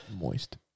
Moist